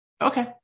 Okay